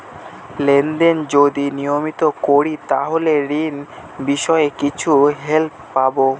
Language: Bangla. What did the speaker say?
লেন দেন যদি নিয়মিত করি তাহলে ঋণ বিষয়ে কিছু হেল্প পাবো?